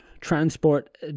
transport